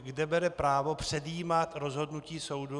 Kde bere právo předjímat rozhodnutí soudu?